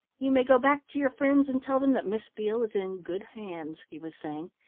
you may go back to your friends and tell them that miss beale is in good hands, he was saying.